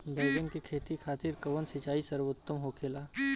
बैगन के खेती खातिर कवन सिचाई सर्वोतम होखेला?